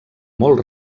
molt